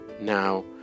Now